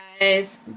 guys